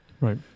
Right